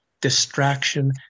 distraction